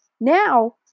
Now